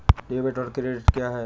Debit और credit क्या है?